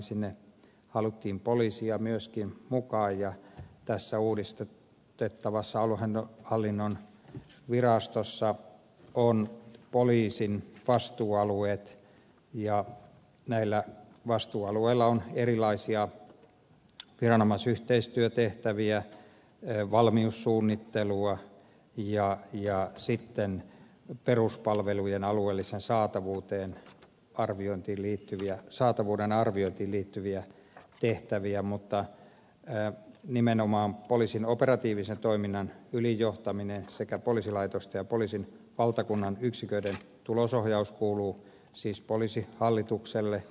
sinne haluttiin poliiseja myöskin mukaan ja tässä uudistettavassa aluehallinnon virastossa on poliisin vastuualueet ja näillä vastuualueilla on erilaisia viranomaisyhteistyötehtäviä valmiussuunnittelua ja sitten peruspalvelujen alueellisen saatavuuden arviointiin liittyviä tehtäviä mutta nimenomaan poliisin operatiivisen toiminnan ylin johtaminen sekä poliisilaitosten ja poliisin valtakunnan yksiköiden tulosohjaus kuuluu siis poliisihallitukselle